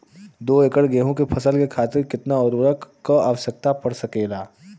दो एकड़ गेहूँ के फसल के खातीर कितना उर्वरक क आवश्यकता पड़ सकेल?